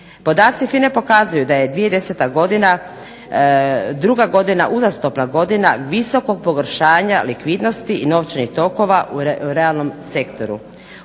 Podaci FINA-e pokazuju da je 2010. godina druga godina, uzastopna godina visokog pogoršanja likvidnosti i novčanih tokova u realnom sektoru.